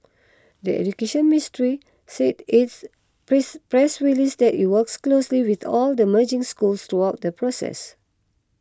the Education Ministry said its please press release that it worked closely with all the merging schools throughout the process